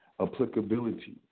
applicability